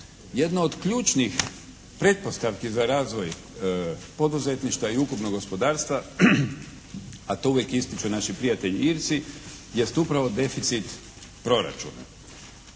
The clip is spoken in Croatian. Jedna od ključnih pretpostavki za razvoj poduzetništva i ukupnog gospodarstva a to uvijek ističu naši prijatelji Irci jest upravo deficit proračuna.